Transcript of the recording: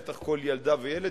בוודאי כל ילדה וילד,